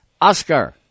oscar